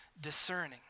discerning